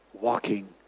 walking